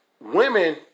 Women